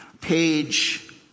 page